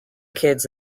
kids